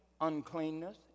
uncleanness